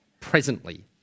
presently